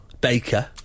baker